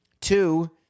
two